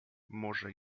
może